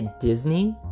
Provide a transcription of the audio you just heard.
Disney